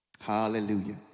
hallelujah